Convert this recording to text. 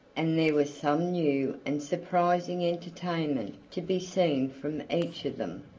and there was some new and surprising entertainment to be seen from each of them,